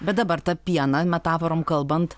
bet dabar tą pieną metaforom kalbant